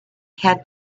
had